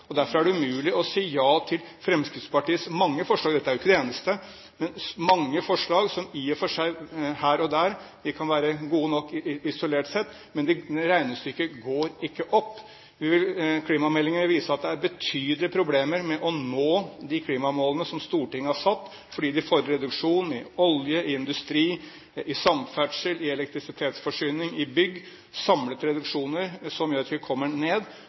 og derfor er det umulig å si ja til Fremskrittspartiets mange forslag. Dette er jo ikke det eneste – det er mange forslag som i og for seg kan være gode nok isolert sett – men regnestykket går ikke opp. Klimameldingen vil vise at det er betydelige problemer med å nå de klimamålene som Stortinget har satt, fordi de fordrer reduksjon i olje, i industri, i samferdsel, i elektrisitetsforsyning, i bygg – altså samlede reduksjoner som gjør at vi kommer ned.